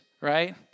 right